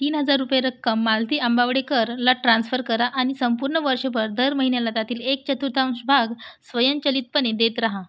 तीन हजार रुपये रक्कम मालती आंबावडेकरला ट्रान्स्फर करा आणि संपूर्ण वर्षभर दर महिन्याला त्यातील एक चतुर्थांश भाग स्वयंचलितपणे देत रहा